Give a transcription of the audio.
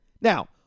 Now